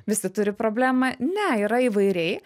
visi turi problemą ne yra įvairiai